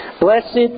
Blessed